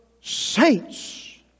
saints